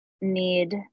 need